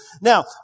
Now